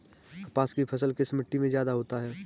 कपास की फसल किस मिट्टी में ज्यादा होता है?